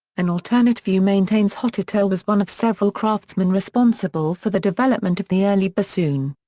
an alternate view maintains hotteterre was one of several craftsmen responsible for the development of the early bassoon.